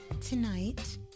tonight